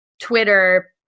twitter